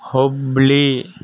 Hubballi